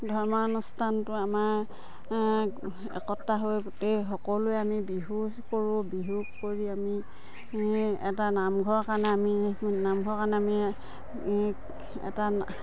ধৰ্মানুষ্ঠানটো আমাৰ একতা হৈ গোটেই সকলোৱে আমি বিহু কৰোঁ বিহু কৰি আমি এটা নামঘৰৰ কাৰণে আমি নামঘৰৰ কাৰণে আমি এটা